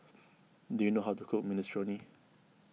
do you know how to cook Minestrone